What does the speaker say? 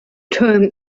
term